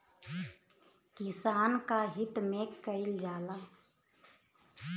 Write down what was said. किसान क हित में कईल जाला